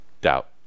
Doubt